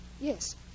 Yes